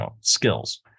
skills